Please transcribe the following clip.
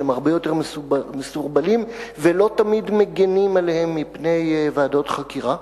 שהם הרבה יותר מסורבלים ולא תמיד מגינים עליהם מפני ועדות חקירה.